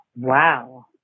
Wow